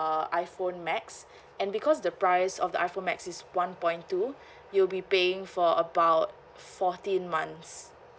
uh iphone max and because the price of the iphone max is one point two you'll be paying for about fourteen months